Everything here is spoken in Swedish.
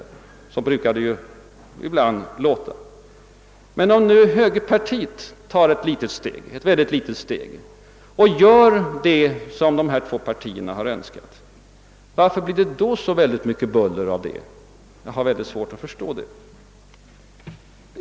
Så brukar det låta. Men om nu högerpartiet tar ett mycket litet steg och gör det som de två partierna har önskat, varför blir det då så mycket buller? Jag har svårt att förstå det.